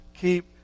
keep